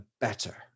better